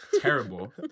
Terrible